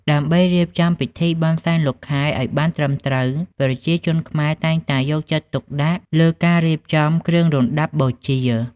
ដើម្បីរៀបចំពិធីបុណ្យសែនលោកខែឲ្យបានត្រឹមត្រូវ ប្រជាជនខ្មែរតែងតែយកចិត្តទុកដាក់លើការរៀបចំគ្រឿងរណ្តាប់បូជា។